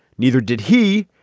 neither did he.